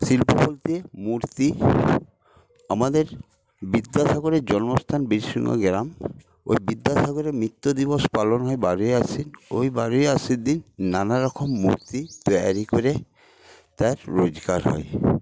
শিল্প বলতে মূর্তি আমাদের বিদ্যাসাগরের জন্মস্থান বীরসিংহ গ্রাম ওই বিদ্যাসাগরের মৃত্যু দিবস পালনে বাড়ি আসে ওই বাড়ি আসার দিন নানা রকম মূর্তি তৈরি করে তার রোজগার হয়